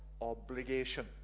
obligation